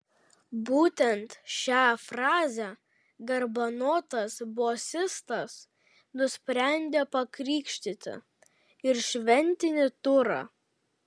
būtent šia fraze garbanotas bosistas nusprendė pakrikštyti ir šventinį turą